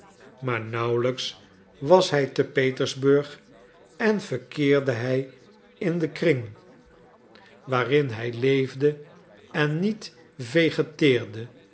maar nauwelijks was hij te petersburg en verkeerde hij in den kring waarin hij leefde en niet